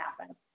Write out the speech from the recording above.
happen